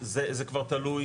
זה כבר תלוי,